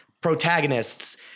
protagonists